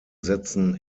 setzen